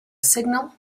signal